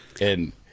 And-